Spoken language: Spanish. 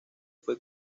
fue